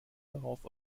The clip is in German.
darauf